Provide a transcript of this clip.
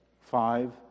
five